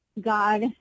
God